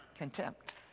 contempt